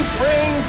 bring